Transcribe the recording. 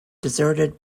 deserted